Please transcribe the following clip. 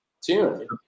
tune